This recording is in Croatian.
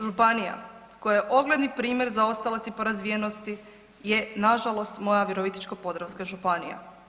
Županija koja je ogledni primjer zaostalosti po razvijenosti je nažalost moja Virovitičko-podravska županija.